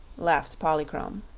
laughed polychrome.